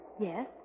Yes